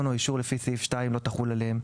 או אישור לפי סעיף 2 לא תחול עליהם,